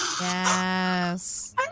Yes